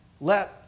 let